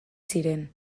ziren